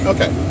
Okay